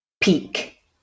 peak